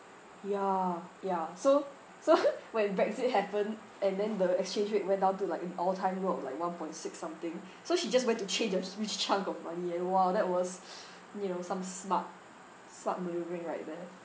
ya ya so so when brexit happen and then the exchange rate went down to like an all time low of like one point six something so she just went to change a huge chunk of money and !wow! that was you know some smart right there